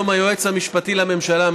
היום היועץ המשפטי לממשלה,